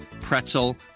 pretzel